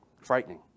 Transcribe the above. Frightening